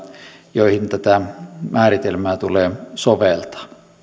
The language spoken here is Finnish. joihin tätä määritelmää tulee soveltaa